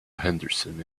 henderson